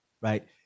right